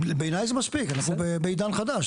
בעיניי זה מספיק; אנחנו בעידן חדש,